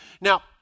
Now